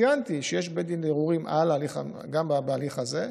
ציינתי שיש בית דין לערעורים גם בהליך הזה,